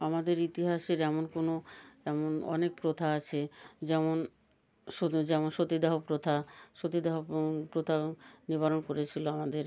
আমাদের ইতিহাসের এমন কোনো এমন অনেক প্রথা আছে যেমন যেমন সতীদাহ প্রথা সতীদাহ প্রথা নিবারণ করেছিল আমাদের